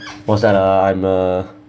was that uh I'm uh